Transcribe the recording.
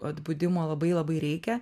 atbudimo labai labai reikia